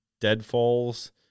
deadfalls